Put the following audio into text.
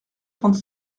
trente